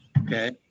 Okay